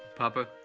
papa.